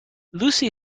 lucy